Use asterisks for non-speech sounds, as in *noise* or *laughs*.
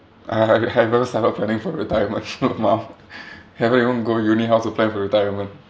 I I have never started planning for retirement *laughs* !wow! haven't even go uni how to plan for retirement